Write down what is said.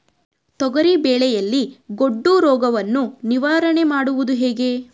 ತೊಗರಿ ಬೆಳೆಯಲ್ಲಿ ಗೊಡ್ಡು ರೋಗವನ್ನು ನಿವಾರಣೆ ಮಾಡುವುದು ಹೇಗೆ?